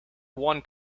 one